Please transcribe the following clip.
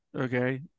Okay